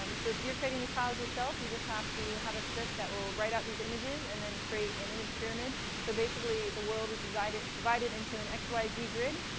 um so if you're creating these tiles yourself, you just have to have a script that will write out these images and then create an image pyramid. so basically the world is divided divided into an x y z grid,